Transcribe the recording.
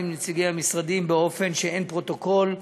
עם נציגי המשרדים באופן שאין פרוטוקול,